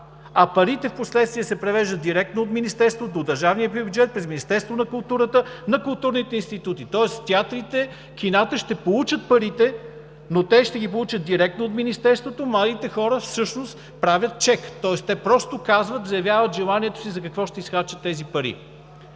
а парите впоследствие се превеждат директно от Министерството до държавния бюджет, през Министерство на културата на културните институти. Тоест театрите и кината ще получат парите, но те ще ги получат директно от Министерството, младите хора всъщност правят чек, тоест те просто казват, заявяват желанието си за какво ще изхарчат тези пари.